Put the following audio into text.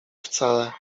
wcale